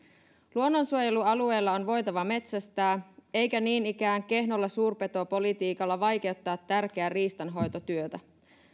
luonnonsuojelualueilla on voitava metsästää eikä niin ikään kehnolla suurpetopolitiikalla pidä vaikeuttaa tärkeää riistanhoitotyötä